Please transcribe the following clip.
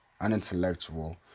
unintellectual